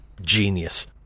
genius